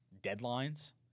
deadlines